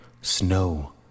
Snow